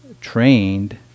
trained